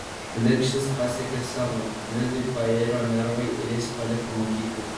plikšis pasiekė savo gvidui pairo nervai ir jis paliko mokyklą